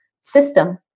system